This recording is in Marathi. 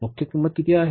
मुख्य किंमत किती आहे